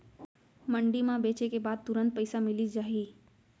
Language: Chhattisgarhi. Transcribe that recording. मंडी म बेचे के बाद तुरंत पइसा मिलिस जाही?